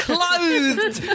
Clothed